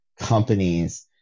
companies